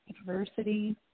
adversity